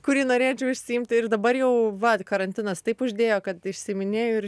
kurį norėčiau išsiimti ir dabar jau va karantinas taip uždėjo kad užsiiminėju ir